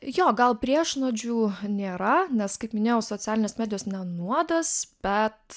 jo gal priešnuodžių nėra nes kaip minėjau socialinės medijos ne nuodas bet